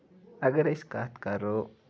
اَگر أسۍ کَتھ کَرو